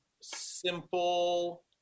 simple